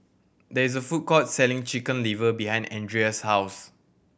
there is a food court selling Chicken Liver behind Andria's house